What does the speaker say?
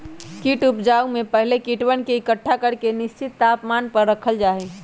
कीट उपजाऊ में पहले कीटवन के एकट्ठा करके निश्चित तापमान पर रखल जा हई